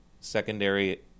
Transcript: secondary